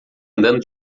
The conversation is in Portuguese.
andando